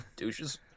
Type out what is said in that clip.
douches